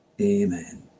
amen